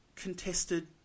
Contested